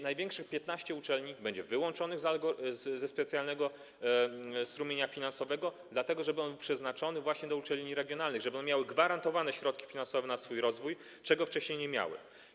Największych 15 uczelni będzie wyłączonych ze specjalnego strumienia finansowego, dlatego że był on przeznaczony dla uczelni regionalnych, żeby miały gwarantowane środki finansowe na rozwój, czego wcześniej nie miały.